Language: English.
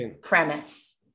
premise